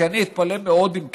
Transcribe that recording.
כי אני אתפלא מאוד אם כן,